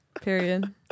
Period